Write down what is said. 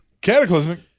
Cataclysmic